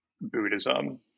Buddhism